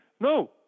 no